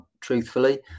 truthfully